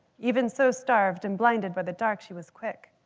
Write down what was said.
even so starved and blinded by the dark, she was quick.